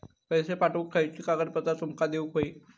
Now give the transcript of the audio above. पैशे पाठवुक खयली कागदपत्रा तुमका देऊक व्हयी?